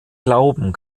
glauben